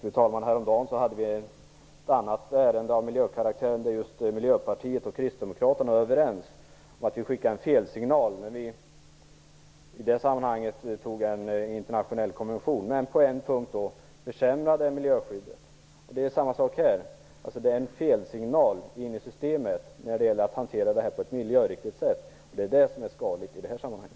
Fru talman! Häromdagen behandlade vi ett annat ärende av miljökaraktär där Miljöpartiet och Kristdemokraterna var överens. I det sammanhanget antog vi ett beslut om en internationell konvention. Men på en punkt försämrades miljöskyddet. Det gäller samma sak här. Det innebär en felsignal när det gäller en miljöriktig hantering. Det är detta som är skadligt i det här sammanhanget.